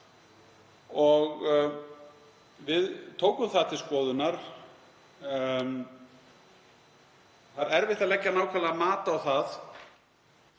Við tókum það til skoðunar. Það er erfitt að leggja nákvæmlega mat á það